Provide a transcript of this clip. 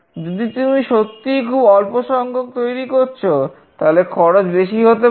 যদি তুমি সত্যিই খুব অল্প সংখ্যক তৈরি করছ তাহলে খরচ বেশী হয়ে যেতে পারে